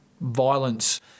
violence